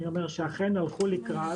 אני אומר שאכן הלכו לקראת,